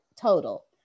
total